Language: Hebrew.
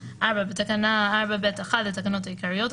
בתקנה 4(ב1) לתקנות העיקריות,